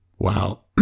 Wow